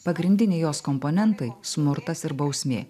pagrindiniai jos komponentai smurtas ir bausmė